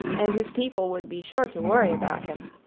and his people would be sure to worry about him.